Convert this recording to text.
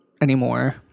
anymore